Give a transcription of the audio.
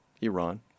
Iran